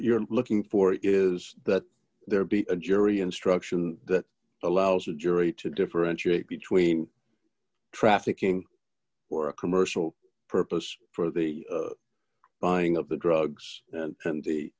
you're looking for is that there be a jury instruction that allows a jury to differentiate between trafficking or a commercial purpose for the buying of the drugs and